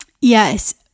Yes